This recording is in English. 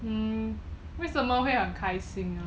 mm 为什么会很开心啊